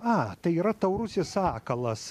a tai yra taurusis sakalas